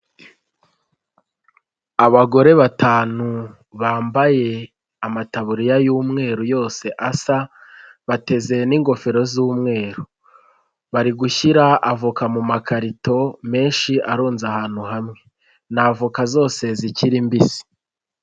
Abagore batanu bambaye amataburiya y'umweru yose asa bateze n'ingofero z'umweru, bari gushyira avoka mu makarito menshi arounze ahantu hamwe, ni avoka zose zikiri mbisi.